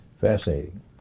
Fascinating